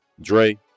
dre